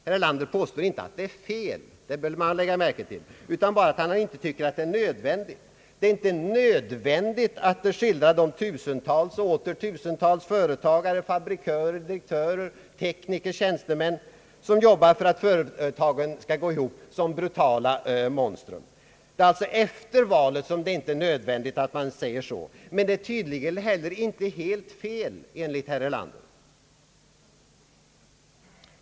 Herr Erlander påstår inte att det är fel — den saken bör man lägga märke till — utan han tycker bara att det inte är nödvändigt. Det är inte nödvändigt att skildra de tusentals och åter tusentals företagare, fabrikörer, direktörer, tekniker och tjänstemän, som jobbar för att företagen skall gå ihop, såsom brutala odjur. Det är alltså efter valet inte nödvändigt att man säger så; men det är tydligen inte heller helt fel, enligt herr Erlander.